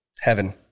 Heaven